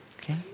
Okay